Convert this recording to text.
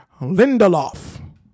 Lindelof